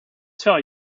tell